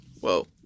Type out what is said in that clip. whoa